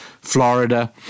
Florida